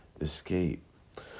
escape